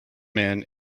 man